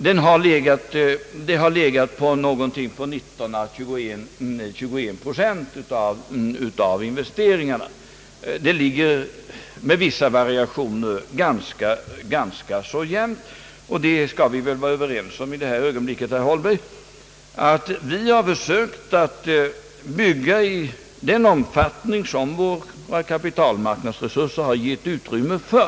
Den har legat vid cirka 19—21 procent av investeringarna. Den ligger med vissa variationer ganska jämnt, och i detta ögonblick skall vi väl vara överens om, herr Holmberg, att vi har försökt att bygga i den omfattning som våra kapitalmarknadsresurser gett utrym me för.